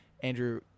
Andrew